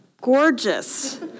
gorgeous